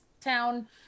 town